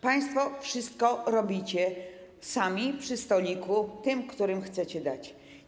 Państwo wszystko robicie sami, przy stoliku, dajecie tym, którym chcecie dać.